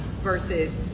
Versus